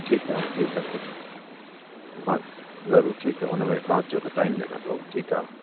ठीकु आहे ठीकु आहे सुठो हा ज़रूरु ठीकु आहे उन में तव्हां अचो त टाइम लॻंदो ठीकु आहे